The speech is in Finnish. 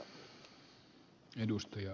arvoisa puhemies